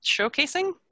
showcasing